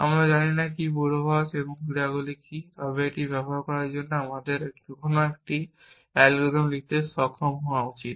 আমরা জানি না কী পূর্বাভাস বা ক্রিয়াগুলি কী তবে এটি ব্যবহার করার জন্য আমাদের এখনও একটি অ্যালগরিদম লিখতে সক্ষম হওয়া উচিত